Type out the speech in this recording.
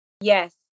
Yes